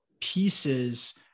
pieces